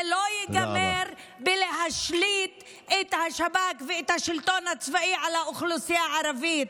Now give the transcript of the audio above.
זה לא ייגמר בלהשליט את השב"כ ואת השלטון הצבאי על האוכלוסייה הערבית,